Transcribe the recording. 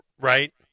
Right